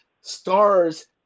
stars